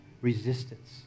resistance